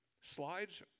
slides